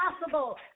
possible